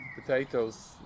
potatoes